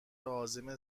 عازم